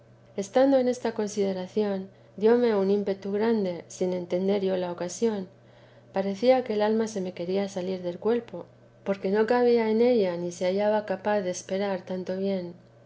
estando en esta consideración dióme un ímpetu grande sin entender yo la ocasión parecía que el alma se me quería salir del cuerpo porque no cabía en ella ni se hallaba capaz de esperar tanto bien